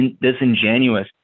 disingenuous